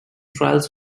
trials